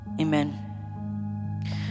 amen